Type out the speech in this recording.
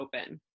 open